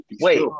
Wait